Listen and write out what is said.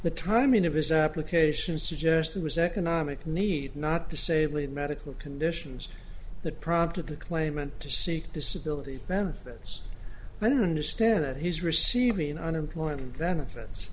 the timing of his application suggested was economic need not disabling medical conditions that prompted the claimant to seek disability benefits understand that he's receiving unemployment benefits